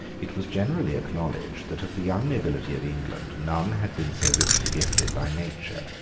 it was generally acknowledged that of the young nobility of england none had been so richly gifted by nature.